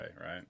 right